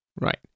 Right